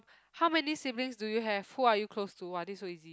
how many siblings do you have who are you close to !wah! this is so easy